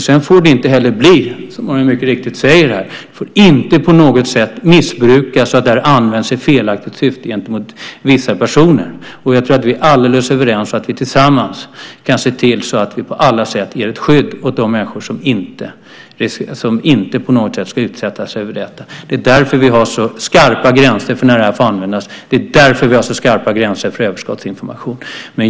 Sedan får inte det här, som mycket riktigt sägs, missbrukas så att det används i felaktigt syfte gentemot vissa personer. Jag tror att vi är helt överens om att vi tillsammans kan se till att på alla sätt ge ett skydd åt de människor som inte ska utsättas för detta. Det är därför vi har så skarpa gränser för när det här får användas. Det är därför vi har så skarpa gränser för överskottsinformation.